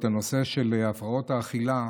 את הנושא של הפרעות האכילה,